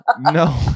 No